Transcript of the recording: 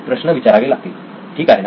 ठीक आहे ना